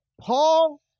Paul